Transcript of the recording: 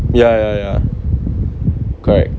ya ya ya correct